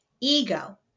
ego